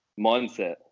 mindset